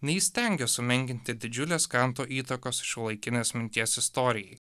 neįstengė sumenkinti didžiulės kanto įtakos šiuolaikinės minties istorijai